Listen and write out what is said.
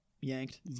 yanked